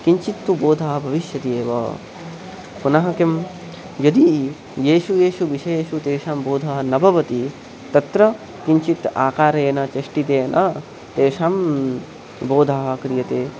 किञ्चित्तु बोधः भविष्यति एव पुनः किं यदि येषु येषु विषयेषु तेषां बोधः न भवति तत्र किञ्चित् आकारेण चेष्टितेन तेषां बोधः क्रियते